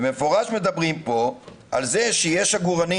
ובמפורש מדברים פה על זה שיש עגורני